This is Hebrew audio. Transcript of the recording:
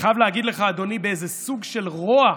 אני חייב להגיד לך, אדוני, באיזה סוג של רוע,